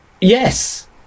Yes